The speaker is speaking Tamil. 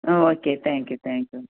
ம் okay thank you thank you